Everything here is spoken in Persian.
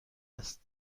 است